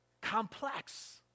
complex